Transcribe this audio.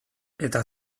eta